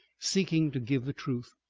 seeking to give the truth.